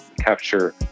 capture